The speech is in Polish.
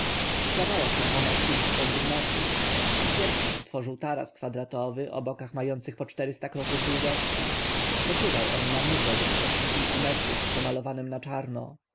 składała się ona z kilku kondygnacyj pierwszą tworzył taras kwadratowy o bokach mających po czterysta kroków długości spoczywał on na murze wysokości kilku metrów pomalowanym na czarno